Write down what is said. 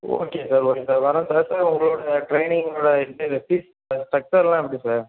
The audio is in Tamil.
ஓகே சார் ஓகே சார் வரேன் சார் சார் உங்களோட ட்ரைனிங்கோட இந்த இது ஃபீஸ் சார் ஸ்ட்ரக்ச்சர்லாம் எப்படி சார்